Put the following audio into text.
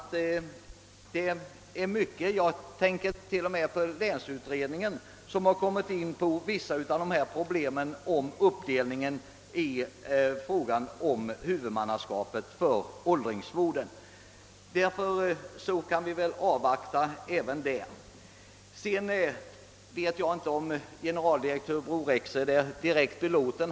Till och med länsutredningen har kommit in på vissa av dessa problem som gäller uppdelningen av huvudmannaskapet för åldringsvården. Därför kan vi väl avvakta även på den punkten. Jag vet inte om generaldirektör Bror Rexed är direkt belåten.